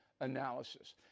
analysis